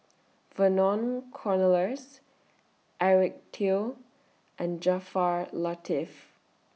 Vernon Cornelius Eric Teo and Jaafar Latiff